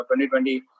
2020